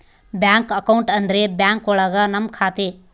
bank account ಅಂದ್ರೆ bank ಒಳಗ ನಮ್ ಖಾತೆ